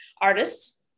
artists